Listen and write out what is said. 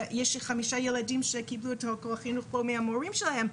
יש לי חמישה ילדים שקיבלו פה חינוך מהמורים שלהם.